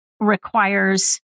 requires